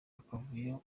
akavuyo